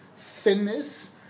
thinness